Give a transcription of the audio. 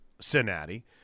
Cincinnati